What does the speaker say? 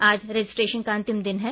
आज रजिस्टेशन का अंतिम दिन है